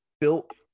built